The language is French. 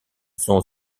son